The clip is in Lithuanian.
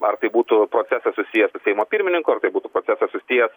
ar tai būtų procesas susijęs su seimo pirmininku ar tai būtų procesas susijęs